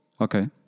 Okay